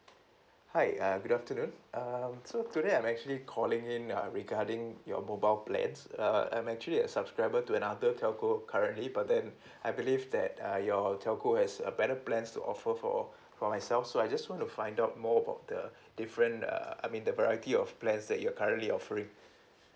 hi uh good afternoon um so today I'm actually calling in uh regarding your mobile plans uh I'm actually a subscriber to another telco currently but then I believe that uh your telco has a better plans to offer for for myself so I just want to find out more about the different uh I mean the variety of plans that you're currently offering